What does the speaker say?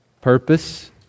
purpose